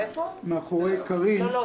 לא, לא.